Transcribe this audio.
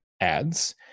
ads